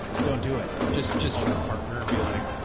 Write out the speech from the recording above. don't do it just, just partner and be like,